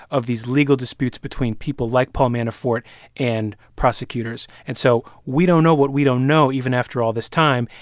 of these legal disputes between people like paul manafort and prosecutors and so we don't know what we don't know even after all this time.